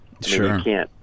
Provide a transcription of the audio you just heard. Sure